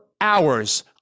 hours